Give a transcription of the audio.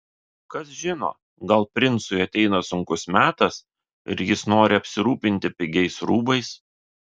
kas žino gal princui ateina sunkus metas ir jis nori apsirūpinti pigiais rūbais